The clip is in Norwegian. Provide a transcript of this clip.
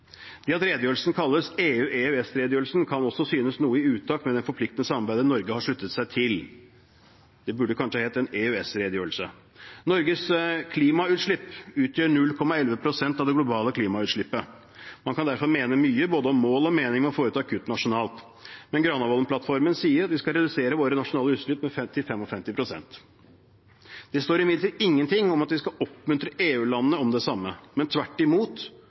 Det at redegjørelsen kalles EU/EØS-redegjørelsen, kan også synes å være noe i utakt med det forpliktende samarbeidet Norge har sluttet seg til. Det burde kanskje ha hett EØS-redegjørelsen. Norges klimautslipp utgjør 0,11 pst. av det globale klimautslippet. Man kan derfor mene mye om både mål og mening med å foreta kutt nasjonalt, men Granavolden-plattformen sier at vi skal redusere våre nasjonale utslipp til 55 pst. Det står imidlertid ingenting om at vi skal oppmuntre EU-landene til det samme, men tvert imot